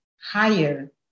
higher